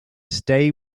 stay